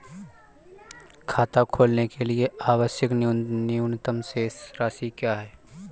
खाता खोलने के लिए आवश्यक न्यूनतम शेष राशि क्या है?